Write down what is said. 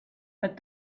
but